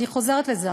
אני חוזרת לזה,